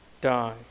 die